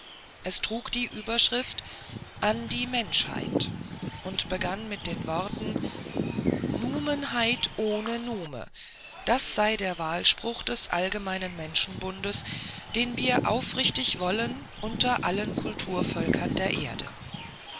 es trug die überschrift an die menschheit und begann mit den worten numenheit ohne nume das sei der wahlspruch des allgemeinen menschenbundes den wir aufrichten wollen unter allen kulturvölkern der erde